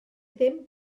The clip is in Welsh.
ddim